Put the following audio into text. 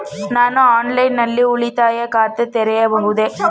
ನಾನು ಆನ್ಲೈನ್ ನಲ್ಲಿ ನನ್ನ ಉಳಿತಾಯ ಖಾತೆ ತೆರೆಯಬಹುದೇ?